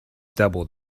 doubled